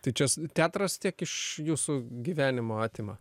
tai čia teatras tiek iš jūsų gyvenimo atima